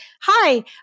hi